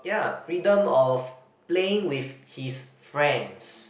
ya freedom of playing with his friends